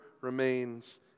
remains